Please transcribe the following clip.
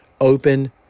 open